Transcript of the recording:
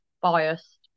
biased